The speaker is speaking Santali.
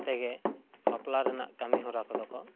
ᱛᱮᱜᱮ ᱵᱟᱯᱞᱟ ᱨᱮᱱᱟᱜ ᱠᱟᱹᱢᱤ ᱦᱚᱨᱟ ᱠᱚᱫᱚ ᱠᱚ